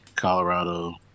Colorado